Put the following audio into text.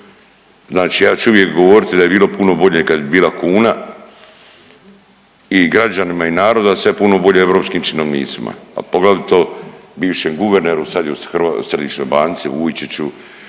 Znači ja ću uvijek govoriti da je bilo puno bolje kad bi bila kuna i građanima i narodu, a sve puno bolje europskim činovnicima, a poglavito bivšem guverneru, sad je u središnjoj banci, Vujčiću,